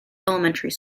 elementary